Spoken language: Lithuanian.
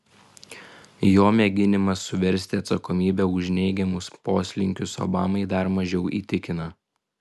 jo mėginimas suversti atsakomybę už neigiamus poslinkius obamai dar mažiau įtikina